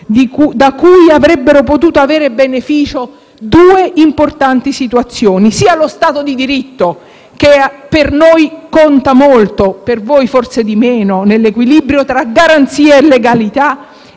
da cui avrebbero potuto avere beneficio due importanti principi: sia lo Stato di diritto, che per noi conta molto (per voi forse di meno) nell'equilibrio tra garanzia e legalità